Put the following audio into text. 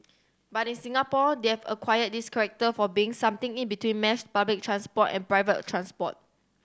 but in Singapore they've acquired this character for being something in between mass public transport and private transport